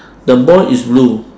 the boy is blue